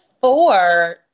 four